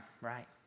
right